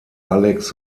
alex